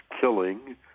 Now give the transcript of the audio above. killing